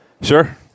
Sure